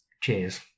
Cheers